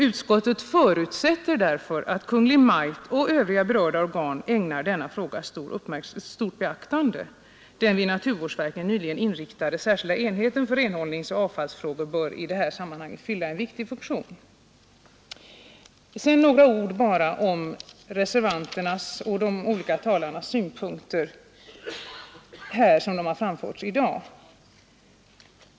Utskottet fortsätter: ”Utskottet förutsätter att Kungl. Maj:t och övriga berörda organ ägnar denna fråga stort beaktande. Den vid naturvårdsverket nyligen inrättade särskilda enheten för renhållningsoch avfallsfrågor bör i förevarande sammanhang fylla en viktig funktion.” Sedan bara några ord om de synpunkter som anförts av reservanterna och av de olika talarna här i dag.